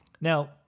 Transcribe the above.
Now